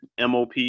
MOP